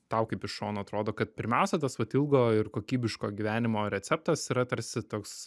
tau kaip iš šono atrodo kad pirmiausia tas vat ilgo ir kokybiško gyvenimo receptas yra tarsi toks